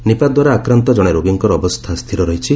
ନିପାଦ୍ୱାରା ଆକ୍ରାନ୍ତ ଜଣେ ରୋଗୀଙ୍କର ଅବସ୍ଥା ସ୍ଥିର ରହିଛି